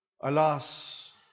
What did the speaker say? alas